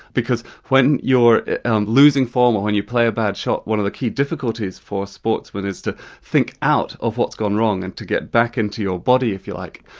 because when you're um losing form or when you play a bad shot, one of the key difficulties for a sportsman is to think out of what's gone wrong, and to get back into your body, if you like.